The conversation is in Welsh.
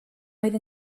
oedd